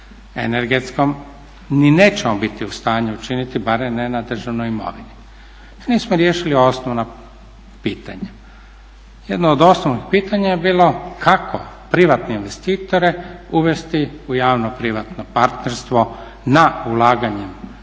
energetskom ni nećemo biti u stanju učiniti barem ne na državnoj imovini jer nismo riješili osnovna pitanja. Jedno od osnovnih pitanja je bilo kako privatne investitore uvesti u javno privatno partnerstvo nad ulaganjem